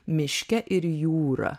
miške ir jūra